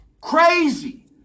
crazy